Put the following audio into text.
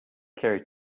carried